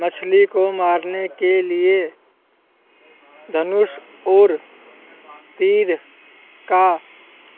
मछली को मारने के लिए धनुष और तीर का